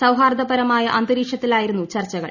സൌഹാർദ്ദപരമായ അന്തരീക്ഷത്തിലായിരുന്നു ചർച്ചകൾ